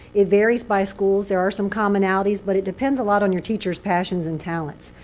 it varies by schools. there are some commonalities. but it depends a lot on your teachers' passions and talents.